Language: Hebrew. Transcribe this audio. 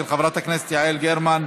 של חברי הכנסת יעל גרמן,